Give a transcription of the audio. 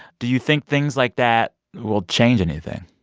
do you think things like that will change anything?